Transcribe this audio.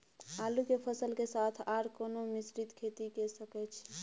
आलू के फसल के साथ आर कोनो मिश्रित खेती के सकैछि?